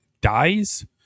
dies